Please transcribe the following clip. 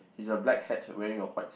he's a black hat wearing a white